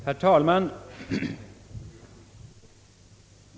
Herr talman!